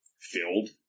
filled